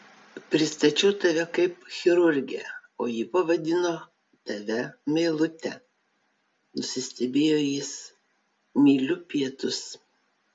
pristačiau tave kaip chirurgę o ji pavadino tave meilute nusistebėjo jis myliu pietus